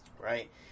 right